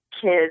kids